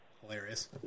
hilarious